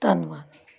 ਧੰਨਵਾਦ